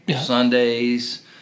Sundays